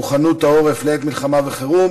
מוכנות העורף לעת מלחמה וחירום,